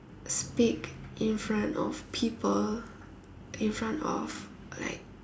speak in front of people in front of like